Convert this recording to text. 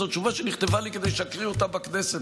זו תשובה שנכתבה לי כדי שאקריא אותה בכנסת,